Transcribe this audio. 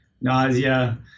nausea